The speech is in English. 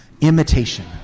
Imitation